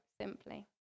simply